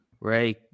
Ray